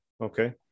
Okay